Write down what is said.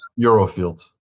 Eurofields